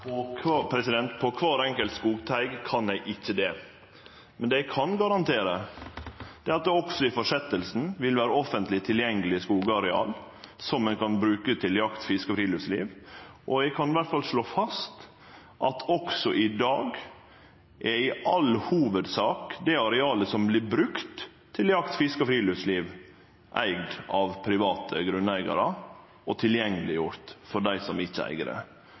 kvar enkelt skogteig kan eg ikkje det. Det eg kan garantere, er at det også i framtida vil vere offentleg tilgjengeleg skogareal som ein kan bruke til jakt, fiske og friluftsliv. Eg kan i alle fall slå fast at også i dag er i all hovudsak det arealet som vert brukt til jakt, fiske og friluftsliv, eigd av private grunneigarar og tilgjengeleggjort for dei som ikkje eig det.